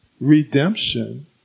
redemption